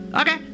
okay